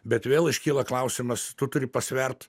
bet vėl iškyla klausimas tu turi pasvert